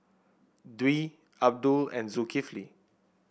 Dwi Abdul and Zulkifli